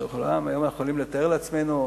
היום אנחנו יכולים לתאר לעצמנו,